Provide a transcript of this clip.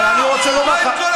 אבל אני רוצה לומר לך.